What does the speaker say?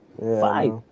Five